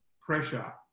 pressure